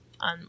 on